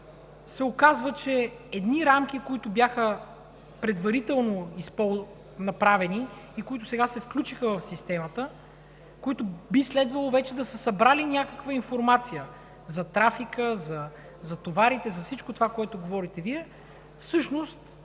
се оказва, че едни рамки, които бяха предварително направени и които сега се включиха в системата, би следвало вече да са събрали някаква информация – за трафика, за товарите, за всичко това, което говорите Вие, всъщност